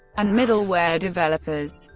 and middleware developers.